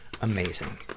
Amazing